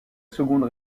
seconde